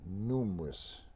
numerous